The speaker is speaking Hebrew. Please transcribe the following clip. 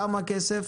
כמה כסף?